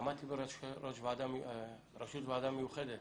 עמדתי בראשות ועדה מיוחדת